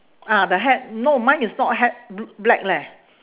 ah the hat no mine is not hat bl~ black leh